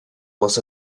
was